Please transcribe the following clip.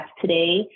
today